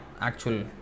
Actual